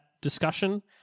discussion